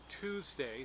Tuesday